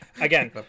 Again